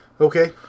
Okay